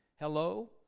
Hello